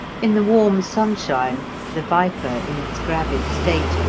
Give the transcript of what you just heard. in the warm sunshine the viper, in its gravid state,